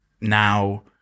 now